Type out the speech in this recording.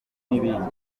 n’ibindi